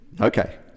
Okay